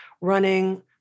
running